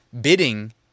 bidding